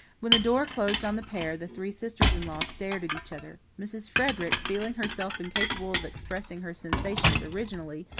when the door closed on the pair the three sisters-in-law stared at each other. mrs. frederick, feeling herself incapable of expressing her sensations originally,